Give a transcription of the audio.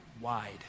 wide